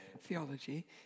theology